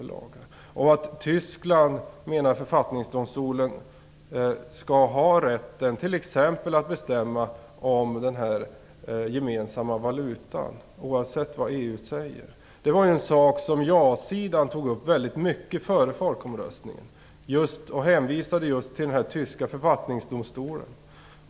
Vidare skall Tyskland, enligt den tyska författningsdomstolen, ha rätt t.ex. att bestämma om den gemensamma valutan, oavsett vad EU säger. Den saken tog ja-sidan upp väldigt mycket före folkomröstningen. Man hänvisade just till den tyska författningsdomstolen.